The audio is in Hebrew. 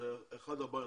זאת אחת הבעיות.